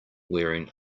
wearing